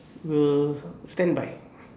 we'll standby